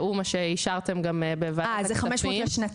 והוא גם מה שאישרתם בוועדת הכספים --- אז זה 500 לשנתי.